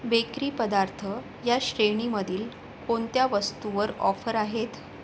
bakery पदार्थ या श्रेणीमधील कोणत्या वस्तूवर ऑफर आहेत